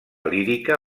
lírica